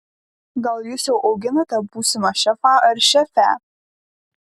gal jūs jau auginate būsimą šefą ar šefę